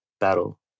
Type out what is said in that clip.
battle